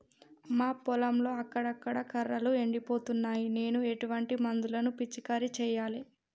మా పొలంలో అక్కడక్కడ కర్రలు ఎండిపోతున్నాయి నేను ఎటువంటి మందులను పిచికారీ చెయ్యాలే?